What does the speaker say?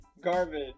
Garbage